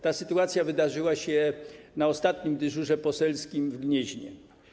Ta sytuacja wydarzyła się na moim ostatnim dyżurze poselskim w Gnieźnie.